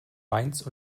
mainz